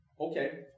Okay